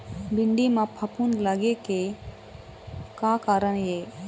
भिंडी म फफूंद लगे के का कारण ये?